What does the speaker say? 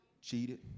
cheated